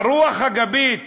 הרוח הגבית